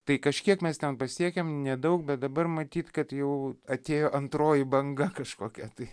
tai kažkiek mes ten pasiekėm nedaug bet dabar matyt kad jau atėjo antroji banga kažkokia tai